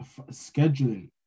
scheduling